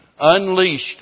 unleashed